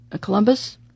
Columbus